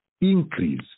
increase